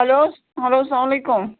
hello hello اسلام علیکُم